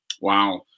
Wow